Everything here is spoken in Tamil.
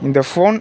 இந்த ஃபோன்